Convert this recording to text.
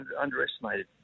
underestimated